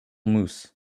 moose